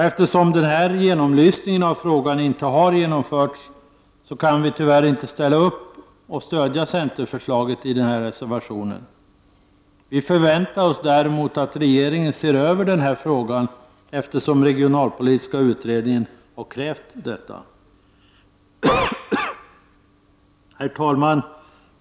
Eftersom någon genomlysning av frågan inte har gjorts kan vi, tyvärr, inte stödja centerns förslag i reservationen. Däremot förväntar vi oss att regeringen ser över frågan. Regionalpolitiska utredningen har ju krävt detta. Herr talman!